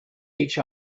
each